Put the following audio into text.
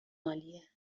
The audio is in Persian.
عالیه